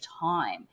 time